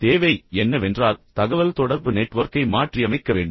தேவை என்னவென்றால் தகவல்தொடர்பு நெட்வொர்க்கை மாற்றியமைக்க வேண்டும்